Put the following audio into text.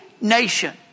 nation